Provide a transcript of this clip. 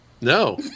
No